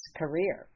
career